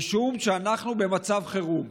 משום שאנחנו במצב חירום.